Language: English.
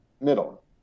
Middle